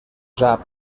sap